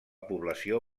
població